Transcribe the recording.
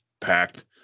packed